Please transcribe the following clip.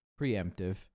preemptive